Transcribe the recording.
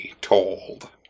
told